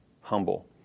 humble